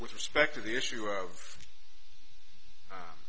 with respect to the issue of